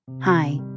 Hi